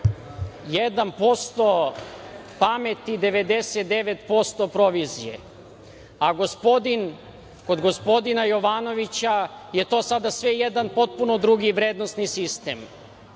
1% pameti, 99% provizije. Kod gospodina Jovanovića je to sada sve jedan potpuno drugi vrednosni sistem.